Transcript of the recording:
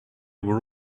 were